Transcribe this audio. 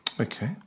Okay